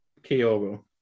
Kyogo